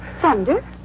Thunder